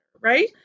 right